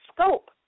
scope